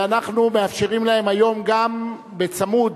ואנחנו מאפשרים להם היום גם בצמוד,